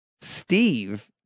Steve